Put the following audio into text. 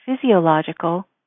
physiological